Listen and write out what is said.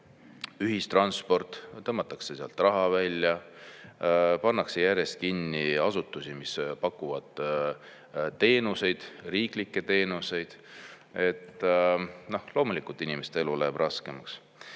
ühistransport koomale, tõmmatakse sealt raha välja, pannakse järjest kinni asutusi, mis pakuvad riiklikke teenuseid. Loomulikult inimeste elu läheb raskemaks.